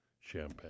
champagne